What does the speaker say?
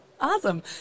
Awesome